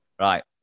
Right